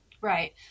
Right